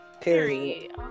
Period